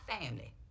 family